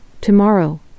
Tomorrow